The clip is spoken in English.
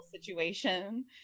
situation